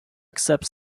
accept